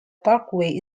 parkway